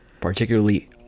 particularly